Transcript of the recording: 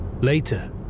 Later